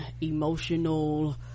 emotional